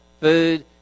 food